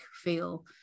feel